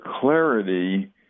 clarity